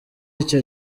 icyo